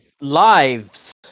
lives